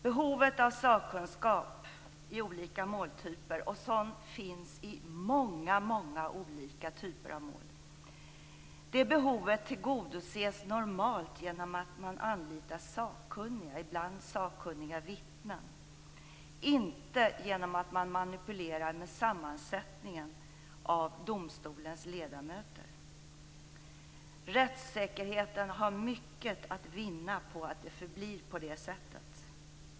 Behovet av sakkunskap i olika måltyper - och det finns i oerhört många typer av mål - tillgodoses normalt genom att man anlitar sakkunniga, ibland sakkunniga vittnen. Det tillgodoses inte genom att man manipulerar med sammansättningen av domstolen. Rättssäkerheten har mycket att vinna på att det förblir på det sättet.